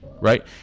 Right